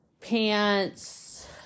pants